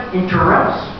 interrupts